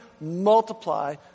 multiply